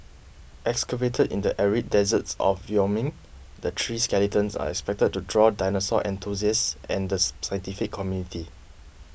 excavated in the arid deserts of Wyoming the three skeletons are expected to draw dinosaur enthusiasts and the scientific community